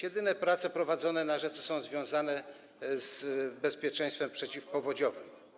Jedyne prace prowadzone na rzece są związane z bezpieczeństwem przeciwpowodziowym.